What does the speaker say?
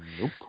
Nope